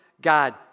God